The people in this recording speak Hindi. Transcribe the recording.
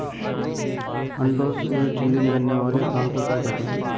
अंडों से चूजे निकलने वाले स्थान को क्या कहते हैं?